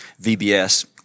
VBS